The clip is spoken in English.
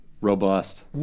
robust